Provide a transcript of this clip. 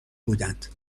بودند